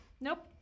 Nope